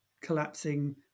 collapsing